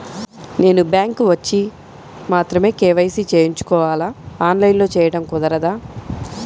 నేను బ్యాంక్ వచ్చి మాత్రమే కే.వై.సి చేయించుకోవాలా? ఆన్లైన్లో చేయటం కుదరదా?